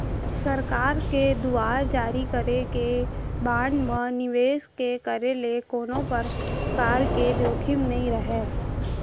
सरकार के दुवार जारी करे गे बांड म निवेस के करे ले कोनो परकार के जोखिम नइ राहय